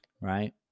right